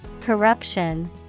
Corruption